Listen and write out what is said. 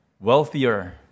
wealthier